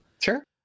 Sure